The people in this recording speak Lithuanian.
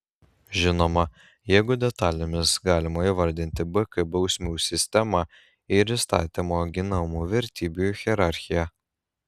žinoma jeigu detalėmis galima įvardyti bk bausmių sistemą ir įstatymo ginamų vertybių hierarchiją